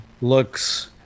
looks